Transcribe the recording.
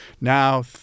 Now